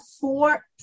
four